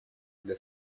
для